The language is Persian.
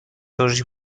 فروشی